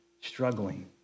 struggling